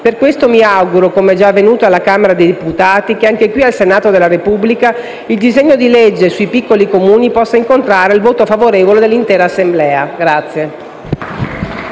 Per questo mi auguro, come già avvenuto alla Camera dei deputati, che anche qui al Senato della Repubblica il disegno di legge sui piccoli Comuni possa incontrare il voto favorevole dell'intera Assemblea.